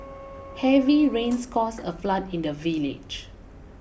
heavy rains caused a flood in the village